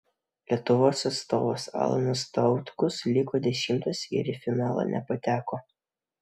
lietuvos atstovas alanas tautkus liko dešimtas ir į finalą nepateko